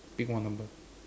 pick one loh